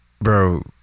Bro